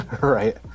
Right